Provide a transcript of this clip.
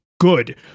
good